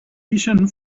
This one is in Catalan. ixen